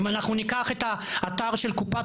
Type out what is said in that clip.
אם ניקח את האתר של קופת